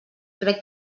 crec